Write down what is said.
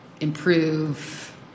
improve